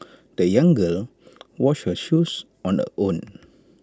the young girl washed her shoes on her own